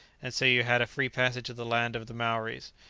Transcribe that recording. and so you had a free passage to the land of the maoris.